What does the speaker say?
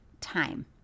time